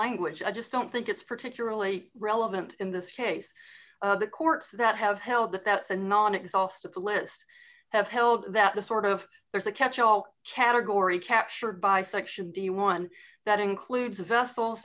language i just don't think it's particularly relevant in this case the courts that have held that that's a non exhaustive list have held that the sort of there's a catch all category captured by section d one that includes vessels